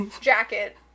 jacket